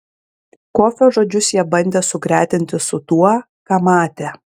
kofio žodžius jie bandė sugretinti su tuo ką matė